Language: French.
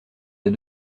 des